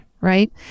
right